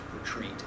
retreat